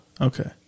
Okay